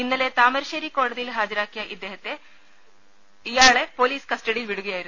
ഇന്നലെ താമരശേരി കോടതിയിൽ ഹാജരാക്കിയ ഇയാളെ പൊലീസ് കസ്റ്റഡിയിൽ വിടുകയായിരുന്നു